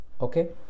okay